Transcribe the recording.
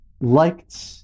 liked